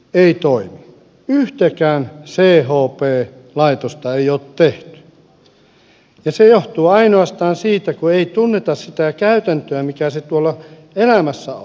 yhtäkään chp laitosta ei ole tehty ja se johtuu ainoastaan siitä kun ei tunneta sitä käytäntöä mikä se tuolla elämässä on